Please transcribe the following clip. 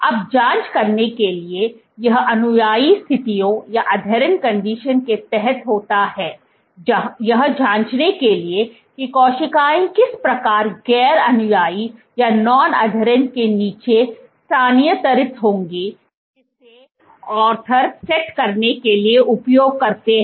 अब जाँच करने के लिए यह अनुयायी स्थितियों adherent conditionsके तहत होता है यह जाँचने के लिए कि कोशिकाएँ किस प्रकार गैर अनुयायी के नीचे स्थानांतरित होंगी जिसे आर्थर सेट करने के लिए उपयोग करते हैं